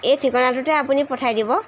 এই ঠিকনাটোতে আপুনি পঠাই দিব